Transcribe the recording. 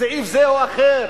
סעיף זה או אחר,